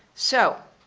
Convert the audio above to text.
so,